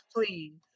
please